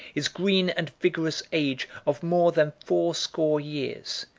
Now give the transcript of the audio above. his green and vigorous age of more than fourscore years,